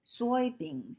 soybeans